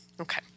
Okay